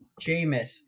Jameis